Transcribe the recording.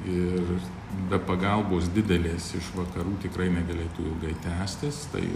ir be pagalbos didelės iš vakarų tikrai negalėtų ilgai tęstis tai